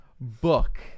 book